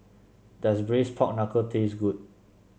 does Braised Pork Knuckle taste good